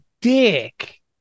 dick